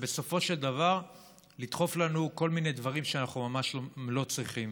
ובסופו של דבר לדחוף לנו כל מיני דברים שאנחנו ממש לא צריכים.